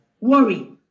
worry